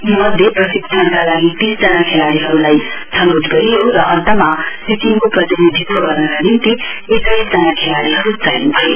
यी मध्ये प्रशिक्षणका लागि तीसजना खेलाडीहरूलाई छनौट गरियो र अन्तमा सिक्किमको प्रतिनिधित्व गर्नका निम्ति एक्काइस खेलाडीहरू चयन भए